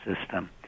system